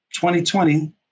2020